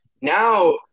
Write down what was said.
now